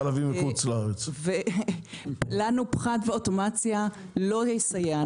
לנו פחת ואוטומציה לא יסייעו.